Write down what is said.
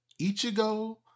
Ichigo